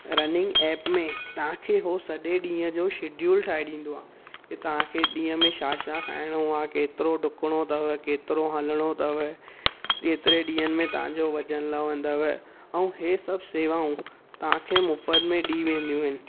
running app में तव्हांखे उहो सॼे ॾींहुं जो शिड्यूल ठाहे ॾींदो आहे के तव्हांखे ॾींहं में छा छा खाइणो आहे केतिरो ॾुकिणो अथव केतिरो हलिणो अथव केतिरे ॾींहंनि में तव्हांजो वज़न लहिंदव ऐं हीअ सभु शेवाऊं तव्हांखे मुफ़त में ॾिनी वेंदियूं आहिनि